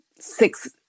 six